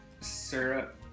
syrup